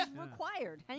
required